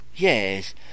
Yes